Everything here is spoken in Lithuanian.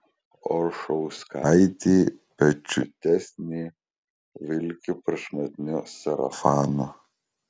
oršauskaitė pečiuitesnė vilki prašmatniu sarafanu